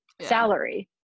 salary